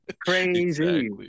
crazy